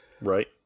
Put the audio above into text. Right